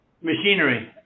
machinery